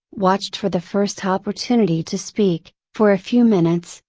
watched for the first opportunity to speak, for a few minutes,